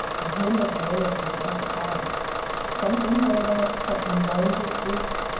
to him a bailiff was like a bug something heard of, something known to exist,